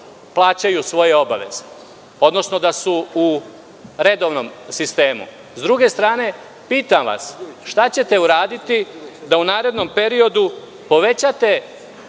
plaćaju svoje obaveze, odnosno da su u redovnom sistemu. Pitam vas šta ćete uraditi da u narednom periodu povećate